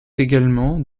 également